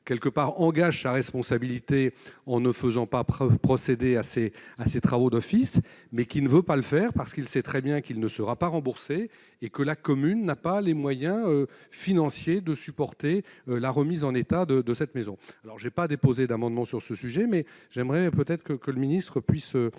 quelque part, engage sa responsabilité en ne faisant pas preuve procédé assez à travaux d'office mais qui ne veut pas le faire parce qu'il sait très bien qu'il ne sera pas remboursé et que la commune n'a pas les moyens financiers de supporter la remise en état de de cette maison, alors j'ai pas déposer d'amendement sur ce sujet, mais j'aimerais peut-être que que le ministre puisse